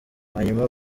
hanyuma